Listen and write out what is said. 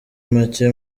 make